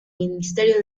ministerio